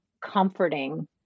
comforting